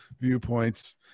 viewpoints